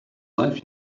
life